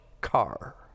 car